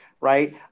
right